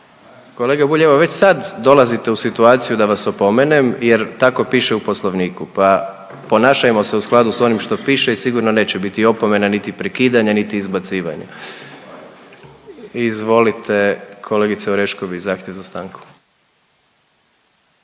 Kolega Bulj evo već sad dolazite u situaciju da vas opomenem, jer tako piše u Poslovniku, pa ponašajmo se u skladu sa onim što piše i sigurno neće biti opomena niti prekidanja, niti izbacivanja. Izvolite kolegice Orešković, zahtjev za stanku.